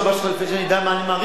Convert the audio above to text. כדי שאני אדע מה אני מאריך פה,